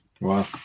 Wow